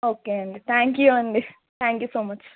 okay అండి thank you అండి thank you so much